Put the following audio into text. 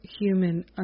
human